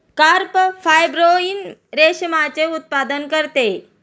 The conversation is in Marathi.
कार्प फायब्रोइन रेशमाचे उत्पादन करते